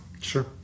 Sure